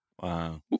Wow